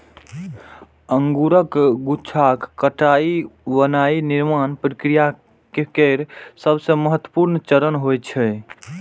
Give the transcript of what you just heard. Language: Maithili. अंगूरक गुच्छाक कटाइ वाइन निर्माण प्रक्रिया केर सबसं महत्वपूर्ण चरण होइ छै